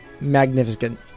magnificent